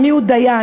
ומי הוא דיין.